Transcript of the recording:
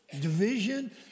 division